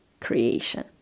creation